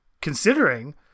considering